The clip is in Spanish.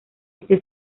este